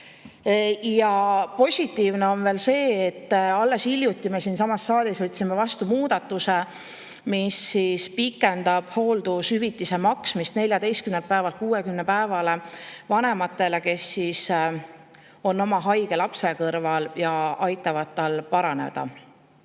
Ja positiivne on veel see, et alles hiljuti me siinsamas saalis võtsime vastu muudatuse, mis pikendab hooldushüvitise maksmist 14 päevalt 60 päevale vanematele, kes on oma haige lapse kõrval ja aitavad tal paraneda.